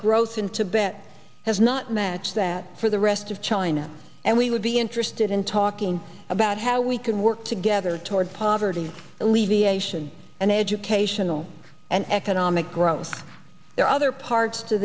growth in tibet has not matched that for the rest of china and we would be interested in talking about how we can work together towards poverty alleviation and educational and economic growth there are other parts to